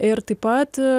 ir taip pat